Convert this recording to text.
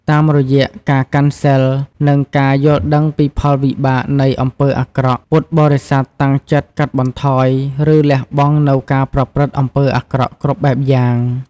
តាមរយៈការកាន់សីល និងការយល់ដឹងពីផលវិបាកនៃអំពើអាក្រក់ ពុទ្ធបរិស័ទតាំងចិត្តកាត់បន្ថយ ឬលះបង់នូវការប្រព្រឹត្តអំពើអាក្រក់គ្រប់បែបយ៉ាង។